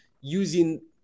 using